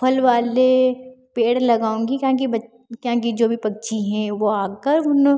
फ़ल वाले पेड़ लगाऊँगी काहें की बच काहें की जो भी पक्षी हैं वो आकर उन